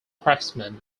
craftsmen